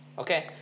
Okay